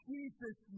Jesus